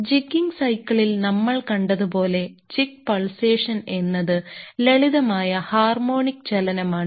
jigging സൈക്കിളിൽ നമ്മൾ കണ്ടത് പോലെ ജിഗ് പൾസേഷൻ എന്നത് ലളിതമായ ഹാർമോണിക് ചലനമാണ്